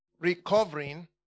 Recovering